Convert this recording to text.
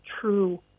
true